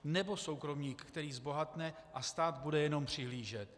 Nebo soukromník, který zbohatne, a stát bude jenom přihlížet?